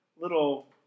little